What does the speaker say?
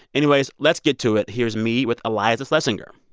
anyways, let's get to it. here's me with iliza shlesinger.